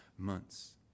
Months